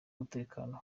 umutekano